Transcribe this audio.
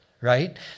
Right